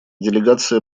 делегация